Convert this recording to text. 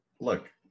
look